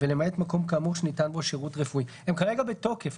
ולמעט מקום כאמור שניתן בו שירות רפואי," הם כרגע בתוקף,